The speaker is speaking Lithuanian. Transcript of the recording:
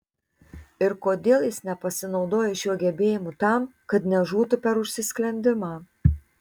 ir kodėl jis nepasinaudoja šiuo gebėjimu tam kad nežūtų per užsisklendimą